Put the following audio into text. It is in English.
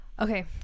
okay